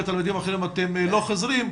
ולתלמידים אחרים: אתם לא חוזרים,